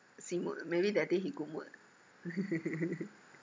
see mood ah maybe that day he good mood